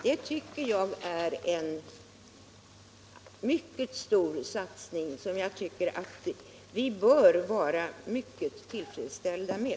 Det är en stor satsning, som jag tycker att vi bör vara mycket tillfredsställda med.